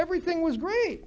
everything was great